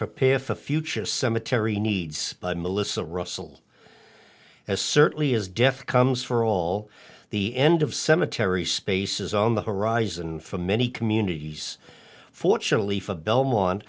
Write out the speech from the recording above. prepare for the future a cemetery needs but melissa russell as certainly as deaf comes for all the end of cemetery spaces on the horizon for many communities fortunately for belmont